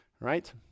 right